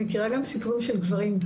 אני מכירה גם סיפורים של גברים.